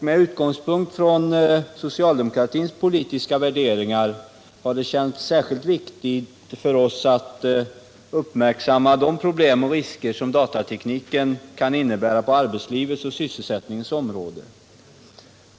Med utgångspunkt i socialdemokratins politiska värderingar har det känts särskilt viktigt för oss att uppmärksamma de problem och de risker som datatekniken kan innebära på arbetslivets och sysselsättningens område.